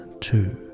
Two